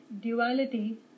duality